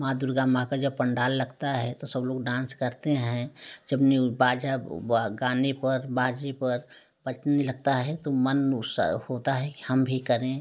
माँ दुर्गा माँ का जब पंडाल लगता है तो सब लोग डांस करते हैं जब न्यू बाजा गाने पड़ बाजे पर बजने लगता है तो मन उस होता है की हम भी करें